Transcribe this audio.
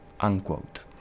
unquote